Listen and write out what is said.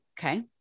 Okay